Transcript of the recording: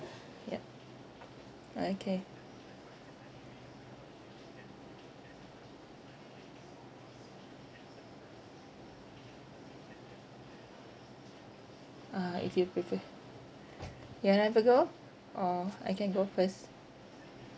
yup okay ah if you prefer you want to have a go or I can go first